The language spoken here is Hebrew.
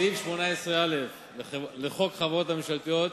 סעיף 18א לחוק החברות הממשלתיות,